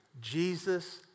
Jesus